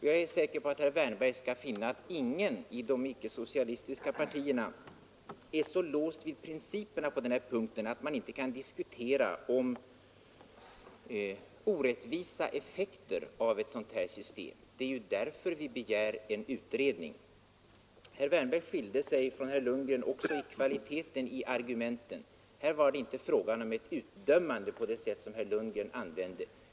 Jag är säker på att herr Wärnberg skall finna att ingen i de icke-socialistiska partierna är så låst vid principerna på den här punkten att man inte kan diskutera hur man undanröjer orättvisa effekter av ett sådant här system. Det är ju därför vi begär en utredning. Herr Wärnberg skilde sig från herr Lundgren också när det gällde kvaliteten på argumenten. Här var det inte fråga om att utdöma andra synsätt, som herr Lundgren gjorde.